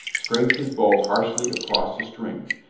scraped his bow harshly across the strings,